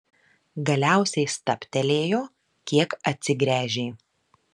galiausiai stabtelėjo kiek atsigręžė